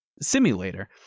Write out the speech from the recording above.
simulator